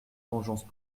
vengeances